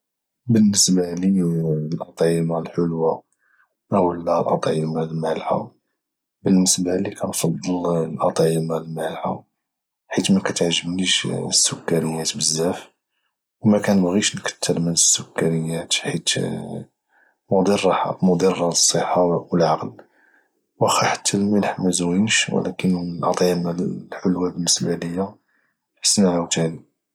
بالنسبه لي الاطعمه الحلوه اولا الاطعمه المالحه بالنسبه لي كنفضل الاطعمه المالحة حيت مكتعجبنيش السكريات بزاف ومكنبغيش نكتر من السكر حيت مضر للصحة والعقل وخا حتى الملح مزوينش بزاف ولكن الاطعمة الحلوة بالنسبة ليا حسن عاوتاني